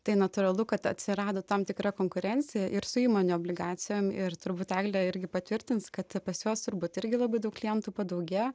tai natūralu kad atsirado tam tikra konkurencija ir su įmonių obligacijom ir turbūt eglė irgi patvirtins kad pas juos turbūt irgi labai daug klientų padaugėjo